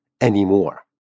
anymore